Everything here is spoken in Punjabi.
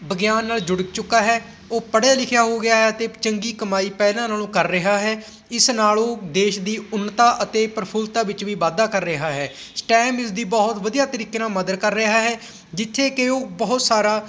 ਵਿਗਿਆਨ ਨਾਲ ਜੁੜ ਚੁੱਕਾ ਹੈ ਉਹ ਪੜ੍ਹਿਆ ਲਿਖਿਆ ਹੋ ਗਿਆ ਹੈ ਅਤੇ ਚੰਗੀ ਕਮਾਈ ਪਹਿਲਾਂ ਨਾਲੋਂ ਕਰ ਰਿਹਾ ਹੈ ਇਸ ਨਾਲ ਉਹ ਦੇਸ਼ ਦੀ ਉੱਨਤਾ ਅਤੇ ਪ੍ਰਫੁੱਲਤਾ ਵਿੱਚ ਵੀ ਵਾਧਾ ਕਰ ਰਿਹਾ ਹੈ ਸਟੈਮ ਇਸ ਦੀ ਬਹੁਤ ਵਧੀਆ ਤਰੀਕੇ ਨਾਲ ਮਦਦ ਕਰ ਰਿਹਾ ਹੈ ਜਿੱਥੇ ਕਿ ਉਹ ਬਹੁਤ ਸਾਰਾ